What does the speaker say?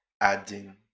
adding